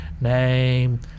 name